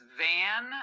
van